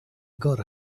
got